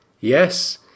Yes